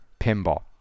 pinball